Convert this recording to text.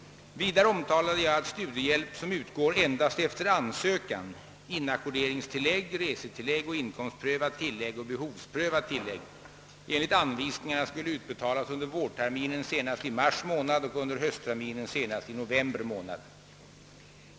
Vidare omtalade jag att studiehjälp som utgår endast efter ansökan, inackorderingstillägg, resetillägg, inkomstprövat tillägg och behovsprövat tillägg, enligt anvisningarna skulle utbetalas under vårterminen senast i mars månad och under höstterminen senast i november månad.